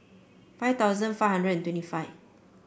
five thousand five hundred twenty five